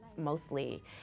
Mostly